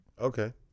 Okay